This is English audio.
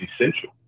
essential